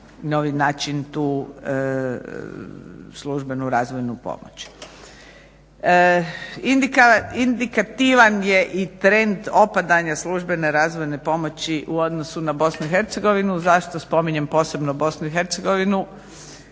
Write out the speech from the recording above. novi način tu službenu razvojnu pomoć. Indikativan je i trend opadanja službene razvojne pomoći u odnosu na BiH. Zašto spominjem posebno BiH?